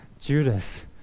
judas